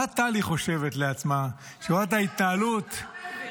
מה טלי חושבת לעצמה -- שאני גאה בשר איתמר בן גביר.